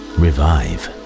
revive